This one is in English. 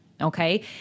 Okay